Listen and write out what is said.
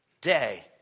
day